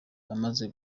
amaze